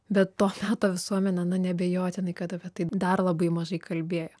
bet to meto visuomenė na neabejotinai kad apie tai dar labai mažai kalbėjo